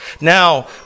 Now